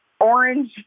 orange